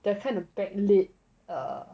the kind of backlit err